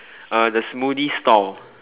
uh the smoothie stall